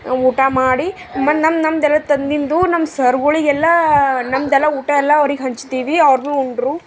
ಊಟ ಮಾಡಿ ಮತ್ತು ನಮ್ಮ ನಮ್ಮ ನಮ್ಮದೆಲ್ಲ ತಂದಿಂದು ನಮ್ಮ ಸರ್ಗಳಿಗೆಲ್ಲ ನಮ್ಮದೆಲ್ಲ ಊಟ ಎಲ್ಲ ಅವ್ರಿಗೆ ಹಂಚ್ತೀವಿ ಅವ್ರು ಉಂಡರು